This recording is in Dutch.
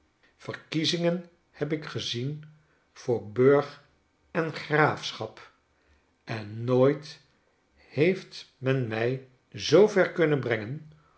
verkiezingen heb ik gezien voor burg en graafschap en nooit heeft men mij zoover kunnen brengen